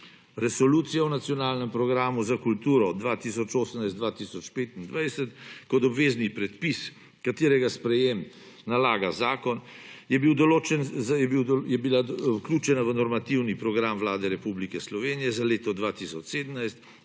Resolucija o nacionalnem programu za kulturo 2018–2025 kot obvezni predpis, katerega sprejem nalaga zakon, je bila vključena v normativni program Vlade Republike Slovenije za leto 2017,